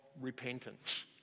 repentance